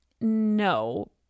No